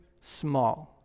small